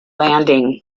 landing